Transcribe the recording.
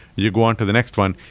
you go on to the next one.